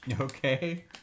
Okay